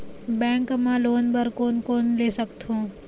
Bank मा loan बर कोन कोन ले सकथों?